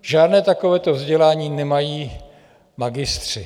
Žádné takovéto vzdělání nemají magistři.